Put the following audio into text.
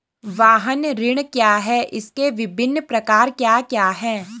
वाहन ऋण क्या है इसके विभिन्न प्रकार क्या क्या हैं?